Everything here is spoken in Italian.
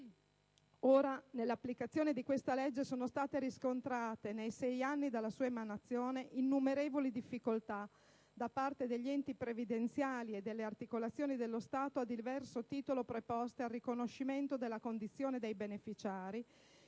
Ora, nell'applicazione di questa legge sono state riscontrate, nei sei anni dalla sua emanazione, innumerevoli difficoltà da parte degli enti previdenziali e delle articolazioni dello Stato a diverso titolo preposte al riconoscimento della condizione dei beneficiari